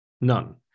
none